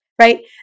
right